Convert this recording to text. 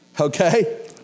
Okay